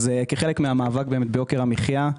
כחלק מהמאבק ביוקר המחייה אנחנו